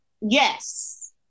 Yes